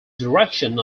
direction